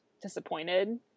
Disappointed